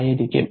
ആയിരിക്കും